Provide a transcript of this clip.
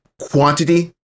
quantity